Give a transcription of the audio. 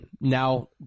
now